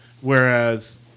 Whereas